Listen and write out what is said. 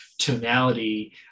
tonality